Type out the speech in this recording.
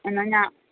എന്നാൽ ഞാൻ